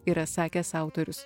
yra sakęs autorius